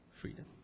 freedom